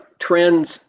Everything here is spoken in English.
trends